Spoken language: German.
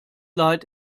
leid